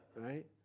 right